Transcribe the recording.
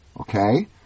Okay